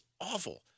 awful